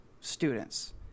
students